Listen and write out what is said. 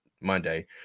Monday